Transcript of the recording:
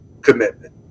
commitment